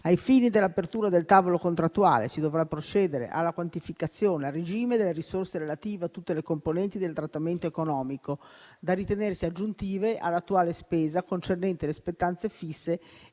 Ai fini dell'apertura del tavolo contrattuale, si dovrà procedere alla quantificazione a regime delle risorse relative a tutte le componenti del trattamento economico da ritenersi aggiuntive all'attuale spesa concernente le spettanze fisse